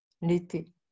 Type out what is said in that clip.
L'été